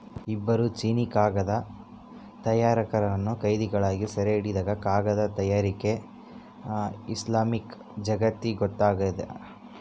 ಇಬ್ಬರು ಚೀನೀಕಾಗದ ತಯಾರಕರನ್ನು ಕೈದಿಗಳಾಗಿ ಸೆರೆಹಿಡಿದಾಗ ಕಾಗದ ತಯಾರಿಕೆ ಇಸ್ಲಾಮಿಕ್ ಜಗತ್ತಿಗೊತ್ತಾಗ್ಯದ